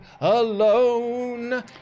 alone